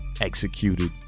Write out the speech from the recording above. executed